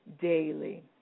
Daily